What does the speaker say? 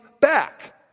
back